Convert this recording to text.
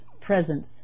presence